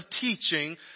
teaching